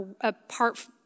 apart